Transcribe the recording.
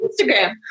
Instagram